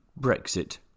Brexit